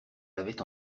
l’avait